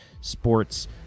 sports